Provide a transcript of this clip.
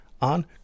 on